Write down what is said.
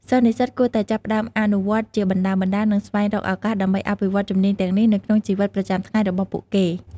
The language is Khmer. សិស្សនិស្សិតគួរតែចាប់ផ្តើមអនុវត្តជាបណ្តើរៗ និងស្វែងរកឱកាសដើម្បីអភិវឌ្ឍជំនាញទាំងនេះនៅក្នុងជីវិតប្រចាំថ្ងៃរបស់ពួកគេ។